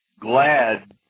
glad